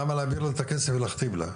למה בכלל להעביר להם את הכסף ולהכתיב להם?